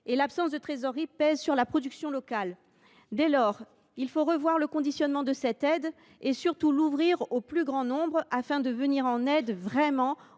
et l’absence de trésorerie pèse sur la production locale. Dès lors, il faut revoir le conditionnement de ce soutien et – surtout – l’ouvrir au plus grand nombre afin de venir vraiment